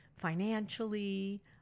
financially